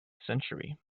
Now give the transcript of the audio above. century